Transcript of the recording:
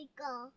go